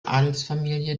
adelsfamilie